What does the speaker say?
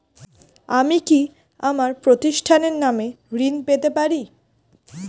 আমি কি আমার প্রতিষ্ঠানের নামে ঋণ পেতে পারি?